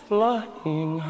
Flying